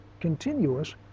continuous